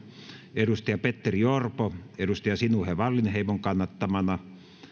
petteri orpo sinuhe wallinheimon kannattamana